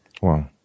Wow